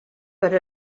per